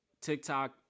TikTok